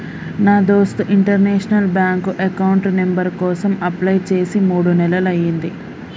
నా దోస్త్ international bank account number కోసం అప్లై చేసి మూడు నెలలయ్యింది